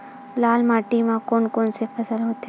लाल माटी म कोन कौन से फसल होथे?